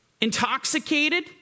intoxicated